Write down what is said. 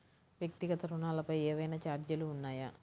వ్యక్తిగత ఋణాలపై ఏవైనా ఛార్జీలు ఉన్నాయా?